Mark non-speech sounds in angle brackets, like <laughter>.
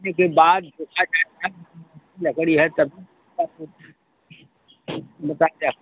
देखिए बाद <unintelligible> लकड़ी है तब <unintelligible>